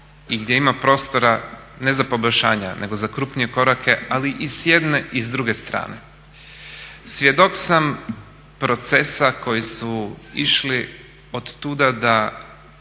i gdje ima prostora ne za poboljšanja nego za krupnije korake ali i s jedne i s druge strane. Svjedok sam procesa koji su išli otuda da